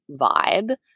vibe